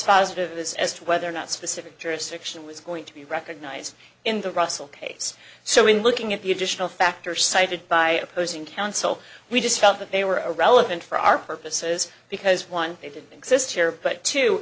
dispositive is as to whether or not specific jurisdiction was going to be recognized in the russell case so in looking at the additional factors cited by opposing counsel we just felt that they were irrelevant for our purposes because one they did exist here but t